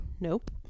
Nope